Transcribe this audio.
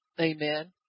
Amen